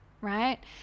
right